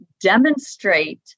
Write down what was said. demonstrate